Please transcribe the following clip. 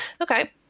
Okay